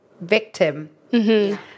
victim